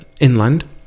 inland